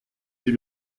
sie